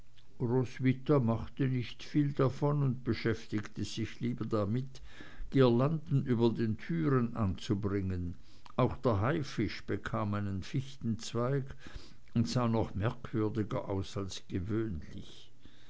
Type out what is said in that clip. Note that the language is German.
roswitha machte nicht viel davon und beschäftigte sich lieber damit girlanden über den türen anzubringen auch der haifisch bekam einen fichtenzweig und sah noch merkwürdiger aus als gewöhnlich